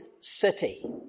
city